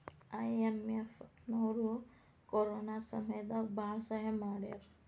IMF ನವ್ರು corona ಸಮಯ ದಾಗ ಭಾಳ ಸಹಾಯ ಮಾಡ್ಯಾರ